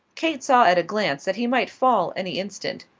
kate saw at a glance that he might fall any instant.